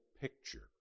picture